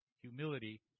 Humility